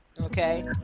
Okay